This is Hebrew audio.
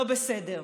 לא בסדר.